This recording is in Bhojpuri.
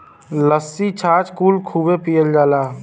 लस्सी छाछ कुल खूबे पियल जाला